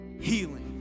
healing